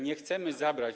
Nie chcemy zabrać.